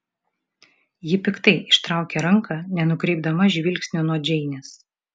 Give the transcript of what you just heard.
ji piktai ištraukė ranką nenukreipdama žvilgsnio nuo džeinės